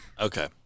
Okay